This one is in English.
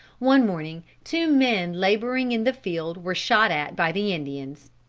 one morning two men laboring in the field were shot at by the indians.